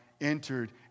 entered